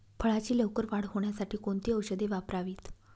फळाची लवकर वाढ होण्यासाठी कोणती औषधे वापरावीत?